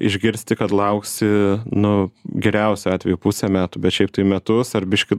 išgirsti kad lauksi nu geriausiu atveju pusę metų bet šiaip tai metus ar biškį